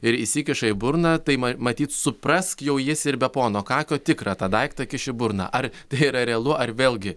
ir įsikiša į burną tai ma matyt suprask jau jis ir be pono kakio tikrą tą daiktą kiš į burną ar tai yra realu ar vėlgi